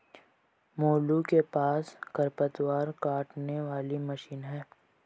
मोलू के पास खरपतवार काटने वाली मशीन है